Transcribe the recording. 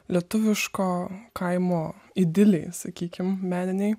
lietuviško kaimo idilėj sakykim meninėj